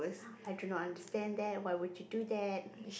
I do not understand that why would you do that